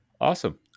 awesome